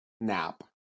nap